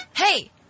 Hey